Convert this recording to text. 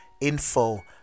info